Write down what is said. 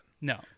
No